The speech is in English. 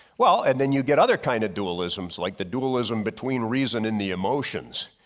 well, and then you get other kind of dualisms. like the dualism between reason and the emotions.